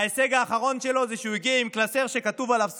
ההישג האחרון שלו זה שהוא הגיע עם קלסר שכתוב עליו "סודי".